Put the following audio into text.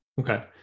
Okay